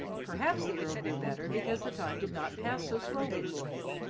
perhaps the earl grew better because the time did not pass so slowly for him,